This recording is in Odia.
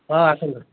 ହଁ ଆସନ୍ତୁ